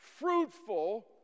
fruitful